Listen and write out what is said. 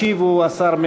אז ועדת הכנסת תכריע בנדון.